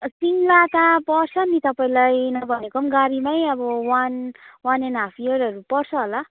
सिङ्गला त पर्छ नि तपाईँको नभनेको पनि गाडीमै अब वान वान एन्ड हाफ इयरहरू पर्छ होला